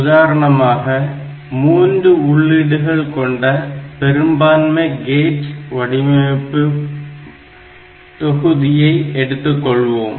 உதாரணமாக மூன்று உள்ளீடுகள் கொண்ட பெரும்பான்மை கேட் வடிவமைப்பு தொகுதியை எடுத்துக்கொள்வோம்